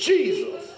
Jesus